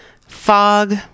Fog